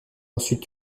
ensuite